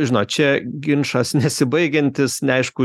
žinot čia ginčas nesibaigiantis neaišku